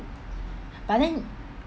but then